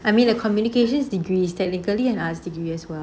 I mean the communications degree is technically an arts degree as well